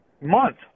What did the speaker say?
month